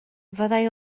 fyddai